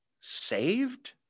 saved